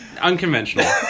unconventional